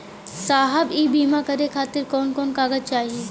साहब इ बीमा करें खातिर कवन कवन कागज चाही?